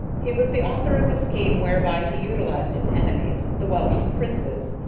he was the author of the scheme whereby he utilized his enemies, the welsh princes,